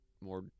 more